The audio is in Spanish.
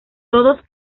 todos